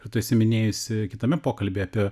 kai tu esi minėjusi kitame pokalbyje apie